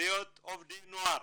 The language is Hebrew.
להיות עובדי נוער